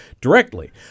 directly